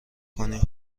کنی